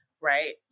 right